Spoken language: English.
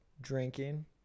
drinking